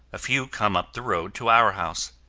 a few come up the road to our house.